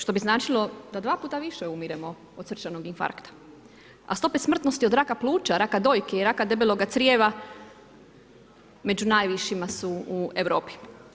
Što bi značilo da 2 puta više umiremo od srčanog infarkta, a stope smrtnosti od raka pluća, raka dojke i raka debeloga crijeva, među najvišima su u Europi.